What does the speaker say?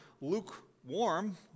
lukewarm